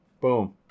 Boom